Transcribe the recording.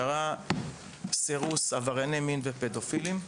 שעיקרה סירוס עברייני מין ופדופילים.